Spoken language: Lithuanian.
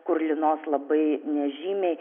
kur lynos labai nežymiai